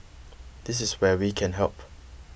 this is where we can help